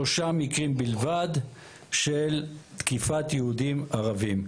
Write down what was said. שלושה מקרים בלבד של תקיפת יהודים ערבים,